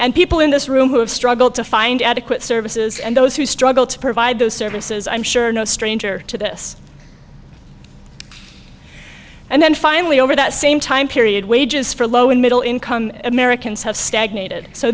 and people in this room who have struggled to find adequate services and those who struggle to provide those services i'm sure no stranger to this and then finally over that same time period wages for low and middle income americans have stagnated so